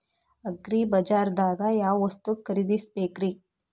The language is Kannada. ಅಗ್ರಿಬಜಾರ್ದಾಗ್ ಯಾವ ವಸ್ತು ಖರೇದಿಸಬೇಕ್ರಿ?